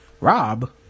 Rob